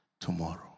tomorrow